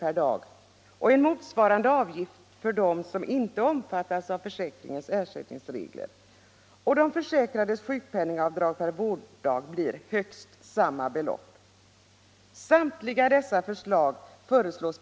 per dag och en motsvarande avgift för dem som inte omfattas av försäkringens ersättningsregler. De försäkrades sjukpenningavdrag per vårddag blir högst samma belopp.